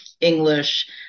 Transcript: English